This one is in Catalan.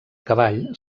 cavall